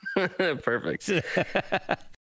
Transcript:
perfect